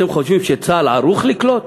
אתם חושבים שצה"ל ערוך לקלוט?